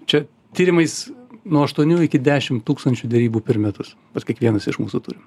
čia tyrimais nuo aštuonių iki dešim tūkstančių derybų per metus pas kiekvienas iš mūsų turim